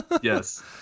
yes